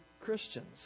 Christians